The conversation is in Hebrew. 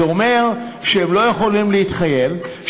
זה אומר שהם לא יכולים להתחייב,